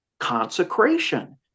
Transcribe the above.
consecration